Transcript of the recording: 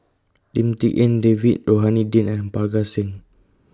Lim Tik En David Rohani Din and Parga Singh